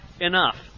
enough